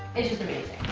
it's just amazing.